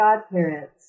godparents